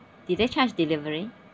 did they charge delivery